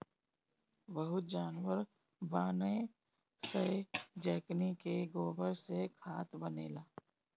बहुते जानवर बानअ सअ जेकनी के गोबर से खाद बनेला